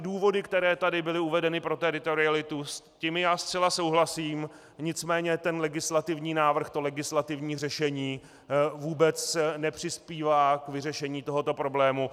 Důvody, které tady byly uvedeny pro teritorialitu, s těmi já zcela souhlasím, nicméně legislativní návrh, legislativní řešení vůbec nepřispívá k vyřešení tohoto problému.